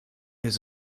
his